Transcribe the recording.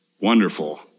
Wonderful